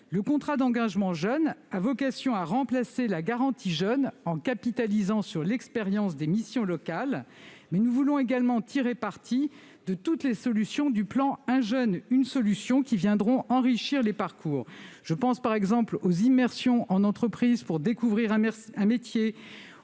Le contrat d'engagement jeune a vocation à remplacer la garantie jeunes en capitalisant sur l'expérience des missions locales. Nous voulons également tirer parti de toutes les solutions du plan « 1 jeune, 1 solution », qui viendront enrichir les parcours. Je pense par exemple aux immersions en entreprise pour découvrir un métier,